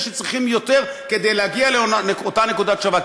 שצריכים יותר כדי להגיע לאותה נקודה שווה.